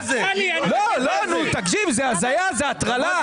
לא, נו תקשיב, זו הזיה, זו הטרלה.